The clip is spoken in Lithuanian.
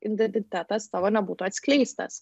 indetitetas tavo nebūtų atskleistas